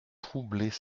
troublaient